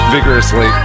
Vigorously